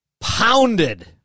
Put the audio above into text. pounded